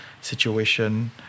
situation